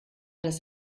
das